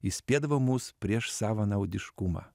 įspėdavo mus prieš savanaudiškumą